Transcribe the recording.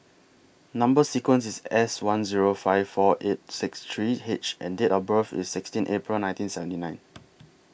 Number sequence IS S one Zero five four eight six three H and Date of birth IS sixteen April nineteen seventy nine